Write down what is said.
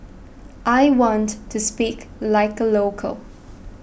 I want to speak like a local